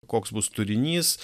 koks bus turinys